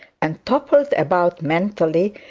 and toppled about mentally,